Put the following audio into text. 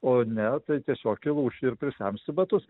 o ne tai tiesiog įlūši ir prisemsi batus